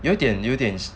有点有点